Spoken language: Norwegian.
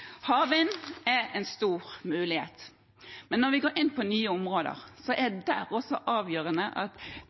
Havvind er en stor mulighet. Men når vi går inn på nye områder, er det også der avgjørende at